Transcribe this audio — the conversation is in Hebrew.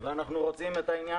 אני לא מבין אתכם.